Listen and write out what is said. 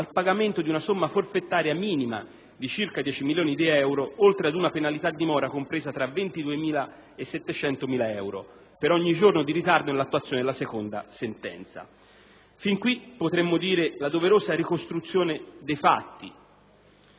al pagamento di una somma forfetaria minima di circa 10 milioni di euro, oltre ad una penalità di mora compresa tra 22.000 e 700.000 euro per ogni giorno di ritardo nell'attuazione della seconda sentenza. Fin qui, potremmo dire, la doverosa ricostruzione dei fatti,